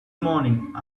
morning